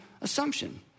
assumption